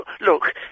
Look